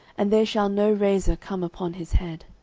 and there shall no razor come upon his head.